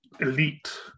elite